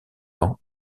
ans